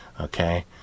Okay